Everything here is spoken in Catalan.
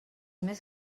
més